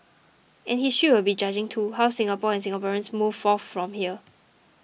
and history will be judging too how Singapore and Singaporeans move forth from here